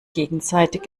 gegenseitig